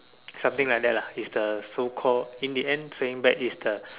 something like that lah is the so called in the end paying back is the